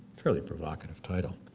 fairly provocative title.